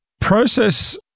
Process